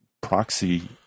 proxy